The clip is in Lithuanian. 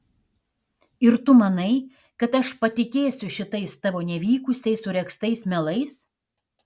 ir tu manai kad aš patikėsiu šitais tavo nevykusiai suregztais melais